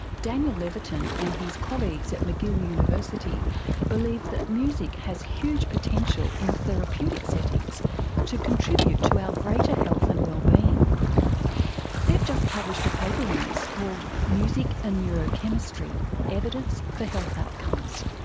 daniel levitin and his colleagues at mcgill university believe that music has huge potential in therapeutic settings to contribute to our greater health and well they've just published a paper on this called music and neurochemistry evidence for health outcomes.